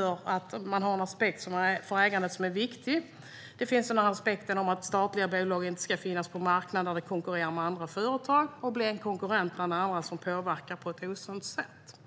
ur den aspekten som ägandet är viktigt. En annan aspekt är att statliga bolag inte ska finnas på en marknad där de konkurrerar med andra företag och blir en konkurrent som påverkar marknaden på ett osunt sätt.